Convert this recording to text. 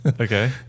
okay